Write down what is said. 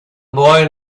boy